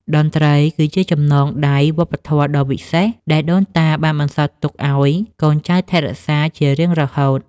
តន្ត្រីគឺជាចំណងដៃវប្បធម៌ដ៏វិសេស ដែលដូនតាបានបន្សល់ទុកឱ្យកូនចៅថែរក្សាជារៀងរហូត។